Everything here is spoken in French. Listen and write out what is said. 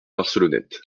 barcelonnette